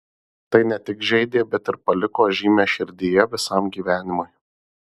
tai ne tik žeidė bet ir paliko žymę širdyje visam gyvenimui